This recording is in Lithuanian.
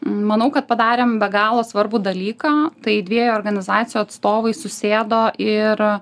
manau kad padarėm be galo svarbų dalyką tai dviejų organizacijų atstovai susėdo ir